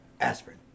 Aspirin